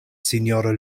sinjorino